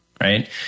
right